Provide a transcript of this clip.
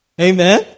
Amen